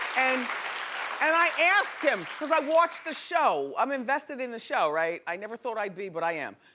and and i asked him, cause i watch the show. i'm invested in the show, right. i never thought i'd be, but i am.